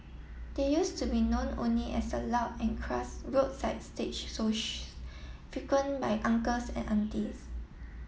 they used to be known only as the loud and crass roadside stage shows frequent by uncles and aunties